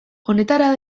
honetara